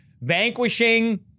vanquishing –